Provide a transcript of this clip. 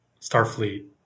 Starfleet